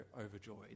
overjoyed